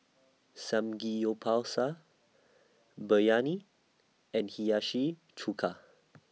Samgeyopsal Biryani and Hiyashi Chuka